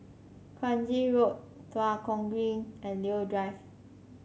Kranji Road Tua Kong Green and Leo Drive